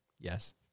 yes